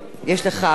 עבירות רכוש,